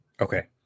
Okay